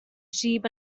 sheep